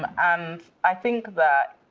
and i think that